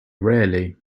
rarely